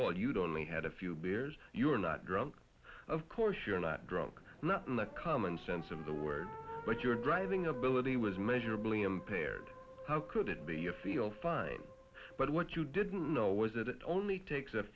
all you'd only had a few beers you're not drunk of course you're not drunk not in the common sense of the word but your driving ability was measurably impaired how could it be you feel fine but what you didn't know was that it only takes a